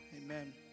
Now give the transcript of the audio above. Amen